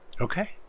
Okay